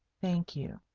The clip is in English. thank you.